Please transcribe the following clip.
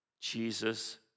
Jesus